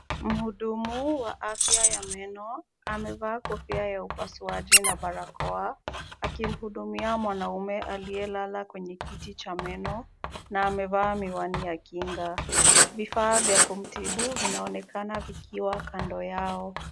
Mhudumu wa afya ya meno amevaa kofia ya upasuaji na barakoa akimhudumia mwanamume aliyelala kwenye kiti cha meno na amevaa miwani ya kinga. Vifaa vya kumtibu vinaonekana vikiwa kando yao.